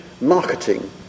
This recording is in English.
marketing